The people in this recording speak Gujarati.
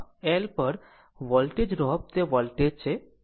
અને અહીં L પર વોલ્ટેજ ડ્રોપ તે વોલ્ટેજ છે